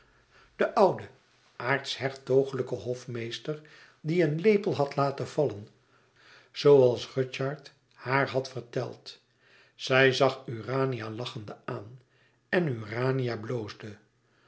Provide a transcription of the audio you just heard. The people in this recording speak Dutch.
de oude aartshertogelijke hofmeester die een lepel had laten vallen zooals rudyard haar had verteld zij zag urania lachende aan en urania bloosde